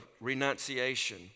renunciation